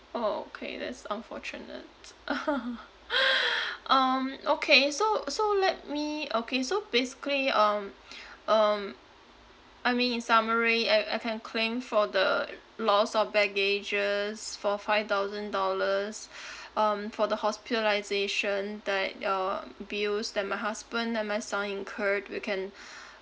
orh okay that's unfortunate um okay so so let me okay so basically um um I mean in summary I I can claim for the loss of baggages for five thousand dollars um for the hospitalisation that um bills that my husband and my son incurred we can